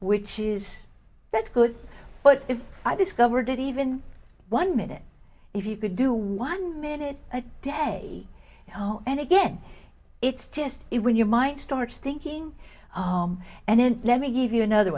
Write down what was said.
which is that's good but if i discovered that even one minute if you could do one minute a day now and again it's just it when your mind starts thinking oh and then let me give you another